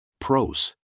Pros